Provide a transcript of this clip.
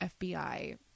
FBI